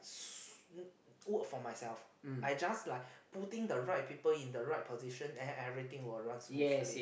so work for myself I just like putting the right people in the right position and everything will run smoothly